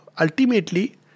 ultimately